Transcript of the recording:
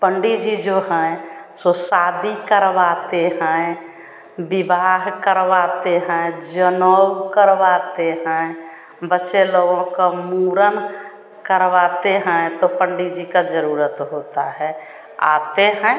पंडित जी जो हैं सो शादी करवाते हैं विवाह करवाते हैं जनेऊ करवाते हैं बच्चे लोगों का मूड़न करवाते हैं तो पंडित जी का ज़रूरत होता है आते हैं